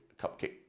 cupcake